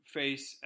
face